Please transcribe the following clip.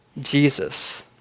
Jesus